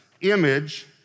image